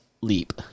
leap